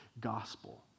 gospel